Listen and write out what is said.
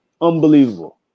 unbelievable